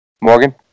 Morgan